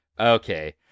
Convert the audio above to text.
Okay